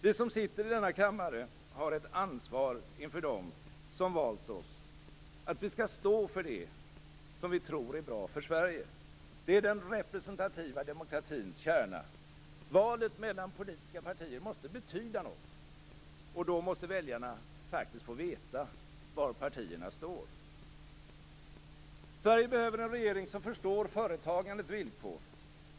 Vi som sitter i denna kammare har ett ansvar inför dem som valt oss att stå för det vi tror är bra för Sverige. Det är den representativa demokratins kärna. Valet mellan politiska partier måste betyda något. Och då måste väljarna få veta var partierna står. Sverige behöver en regering som förstår företagandets villkor.